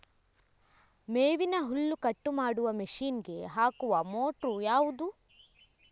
ಮೇವಿನ ಹುಲ್ಲು ಕಟ್ ಮಾಡುವ ಮಷೀನ್ ಗೆ ಹಾಕುವ ಮೋಟ್ರು ಯಾವುದು?